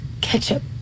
ketchup